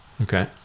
Okay